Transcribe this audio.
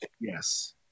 yes